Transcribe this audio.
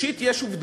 לא העובדות.